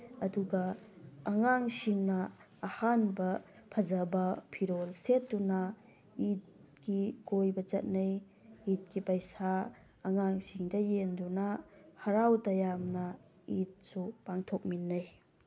ꯑꯗꯨꯒ ꯑꯉꯥꯡꯁꯤꯡꯅ ꯑꯍꯟꯕ ꯐꯖꯕ ꯐꯤꯔꯣꯟ ꯁꯦꯠꯇꯨꯅ ꯏꯠꯀꯤ ꯀꯣꯏꯕ ꯆꯠꯅꯩ ꯏꯠꯀꯤ ꯄꯩꯁꯥ ꯑꯉꯥꯡꯁꯤꯡꯗ ꯌꯦꯟꯗꯨꯅ ꯍꯔꯥꯎ ꯇꯌꯥꯝꯅ ꯏꯠꯁꯨ ꯄꯥꯡꯊꯣꯛꯃꯤꯟꯅꯩ